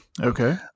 Okay